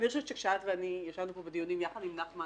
כאשר את ואני ישבנו פה בדיונים ביחד עם נחמן